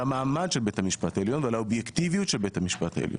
המעמד של בית המשפט העליון ועל האובייקטיביות של בית המשפט העליון.